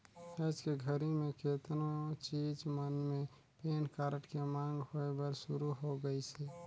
आयज के घरी मे केतनो चीच मन मे पेन कारड के मांग होय बर सुरू हो गइसे